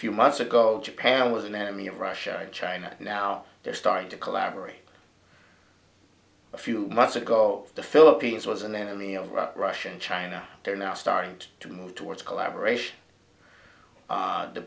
few months ago japan was an enemy of russia and china and now they're starting to collaborate a few months ago the philippines was an enemy of russia and china they're now starting to to move towards collaboration